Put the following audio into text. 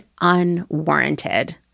unwarranted